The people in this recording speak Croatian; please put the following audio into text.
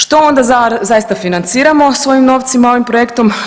Što onda zaista financiramo svojim novcima ovim projektom?